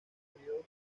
periodo